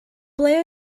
ble